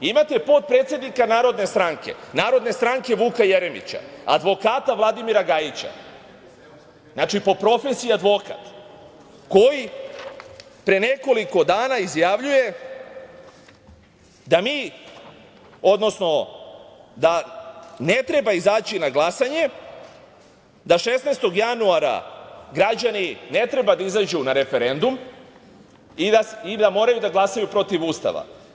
Imate potpredsednika Narodne stranke, Vuka Jeremića, advokata Vladimira Gajića, znači po profesiji advokat, koji pre nekoliko dana izjavljuje da ne treba izaći na glasanje, da 16. januara građani ne treba da izađu na referendum i da moraju da glasaju protiv Ustava.